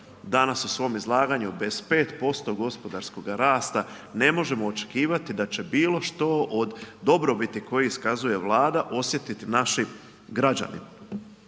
danas u svome izlaganju 25% gospodarskoga rasta ne možemo očekivati da će bilo što od dobrobiti koje iskazuje Vlada osjetiti naši građani.